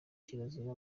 kirazira